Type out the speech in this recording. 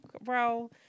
bro